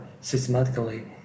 systematically